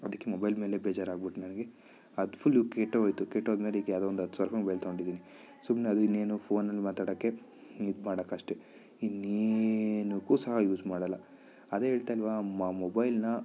ಅದಕ್ಕೆ ಮೊಬೈಲ್ ಮೇಲೆ ಬೇಜಾರಾಗಿಬಿಟ್ಟು ನನಗೆ ಅದು ಫುಲ್ಲು ಕೆಟ್ಟೋಗೋಯ್ತು ಕೆಟ್ಟೋದ್ಮೇಲೆ ಈಗ ಯಾವುದೋ ಒಂದು ಹತ್ತು ಸಾವಿರುಪಾಯಿ ಮೊಬೈಲ್ ತೊಗೊಂಡಿದ್ದೀನಿ ಸುಮ್ನೆ ಅದು ಇನ್ನೇನು ಫೋನಲ್ಲಿ ಮಾತಾಡೋಕ್ಕೆ ಇದು ಮಾಡೋಕಷ್ಟೆ ಇನ್ನೇನಕ್ಕೂ ಸಹ ಯೂಸ್ ಮಾಡೋಲ್ಲಾ ಅದೆ ಹೇಳ್ತಾಯಿಲ್ವ ಮೊಬೈಲ್ನ